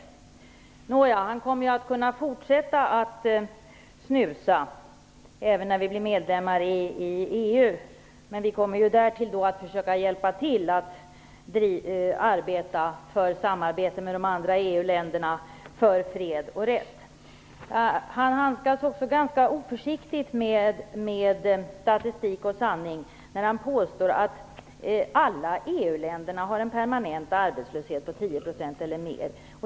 Peter Eriksson kommer att kunna fortsätta att snusa även när vi blir medlemmar i EU, men vi kommer därtill att försöka att i samarbete med de andra EU-länderna arbeta för fred och rättvisa. Peter Eriksson handskas ganska oförsiktigt med statistik och sanning när han påstår att alla EU-länder har en permanent arbetslöshet på 10 % eller mer.